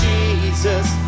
Jesus